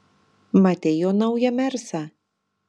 matei jo naują mersą